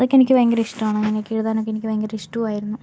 അതൊക്കെയെനിക്ക് ഭയങ്കര ഇഷ്ടാമാണ് അങ്ങനൊക്കെ എഴുതാനൊക്കെ ഭയങ്കര ഇഷ്ട്ടവുമായിരുന്നു